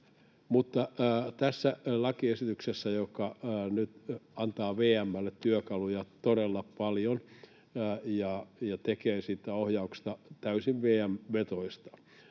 tämä lakiesitys antaa nyt VM:lle työkaluja todella paljon ja tekee siitä ohjauksesta täysin VM-vetoista.